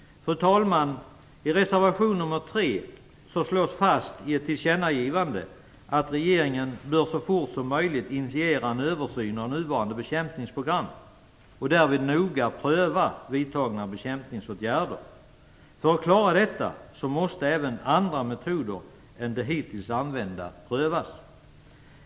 Fru talman! I reservation nr 3 slås fast i ett tillkännagivande att regeringen så fort som möjligt bör initiera en översyn av nuvarande bekämpningsprogram och därvid noga pröva vidtagna bekämpningsåtgärder. För att klara detta måste även andra metoder än de hittills använda prövas.